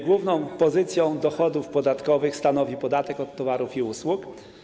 Główną pozycję dochodów podatkowych stanowi podatek od towarów i usług.